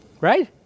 Right